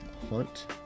hunt